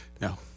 No